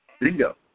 Bingo